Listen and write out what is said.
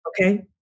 Okay